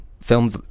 film